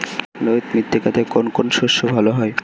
লোহিত মৃত্তিকাতে কোন কোন শস্য ভালো হয়?